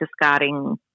discarding